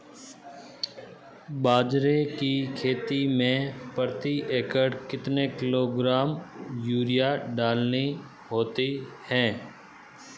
बाजरे की खेती में प्रति एकड़ कितने किलोग्राम यूरिया डालनी होती है?